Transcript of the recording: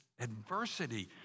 adversity